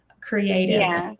creative